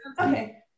okay